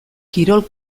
kirol